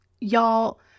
Y'all